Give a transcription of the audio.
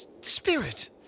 Spirit